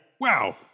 Wow